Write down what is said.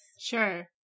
Sure